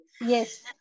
yes